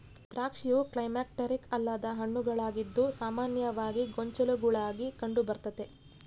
ದ್ರಾಕ್ಷಿಯು ಕ್ಲೈಮ್ಯಾಕ್ಟೀರಿಕ್ ಅಲ್ಲದ ಹಣ್ಣುಗಳಾಗಿದ್ದು ಸಾಮಾನ್ಯವಾಗಿ ಗೊಂಚಲುಗುಳಾಗ ಕಂಡುಬರ್ತತೆ